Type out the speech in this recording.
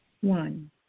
One